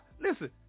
Listen